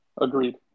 Agreed